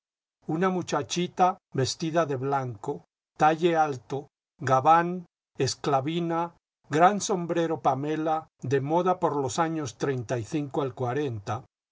una muchachita vestida de blanco talle alto gabán esclavina gran sombrero pamela de moda por los años treinta y cinco al